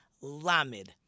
Lamed